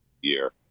year